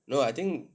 ya no I think